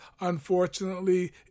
unfortunately